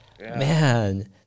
Man